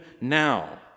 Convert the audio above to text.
now